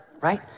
right